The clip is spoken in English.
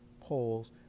polls